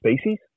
species